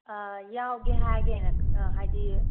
ꯌꯥꯎꯒꯦ ꯍꯥꯏꯒꯦꯅ ꯍꯥꯏꯕꯗꯤ